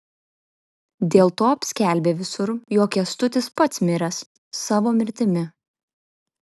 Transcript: dėlto apskelbė visur jog kęstutis pats miręs savo mirtimi